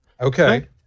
okay